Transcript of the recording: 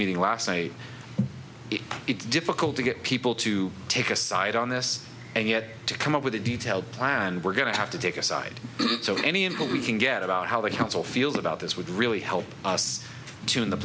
meeting last night it's difficult to get people to take a side on this and yet to come up with a detailed plan we're going to have to take aside any until we can get about how the council feels about this would really help us to in the